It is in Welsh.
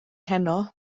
heno